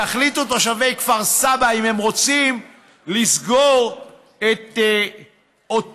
יחליטו תושבי כפר סבא אם הם רוצים לסגור את אותו